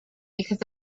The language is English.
because